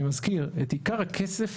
אני מזכיר, את עיקר הכסף